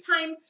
time